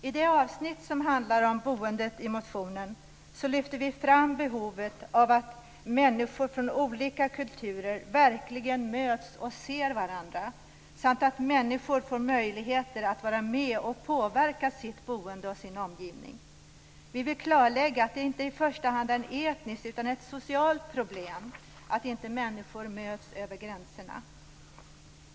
I det avsnitt i motionen som handlar om boendet lyfter vi fram behovet att människor från olika kulturer verkligen möts och ser varandra samt att människor får möjlighet att vara med och påverka sitt boende och sin omgivning. Vi vill klarlägga att det i första hand inte är ett etniskt utan ett socialt problem att inte människor möts över gränserna.